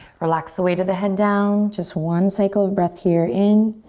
relax the weight of the head down. just one cycle of breath here in.